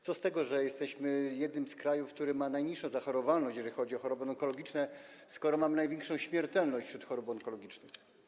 Co z tego, że jesteśmy jednym z krajów, który ma najniższą zachorowalność, jeżeli chodzi o choroby onkologiczne, skoro mamy największą śmiertelność z powodu chorób onkologicznych?